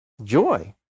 Joy